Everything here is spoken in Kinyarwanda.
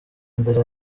mbere